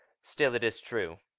still, it is true.